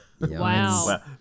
Wow